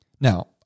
Now